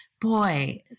boy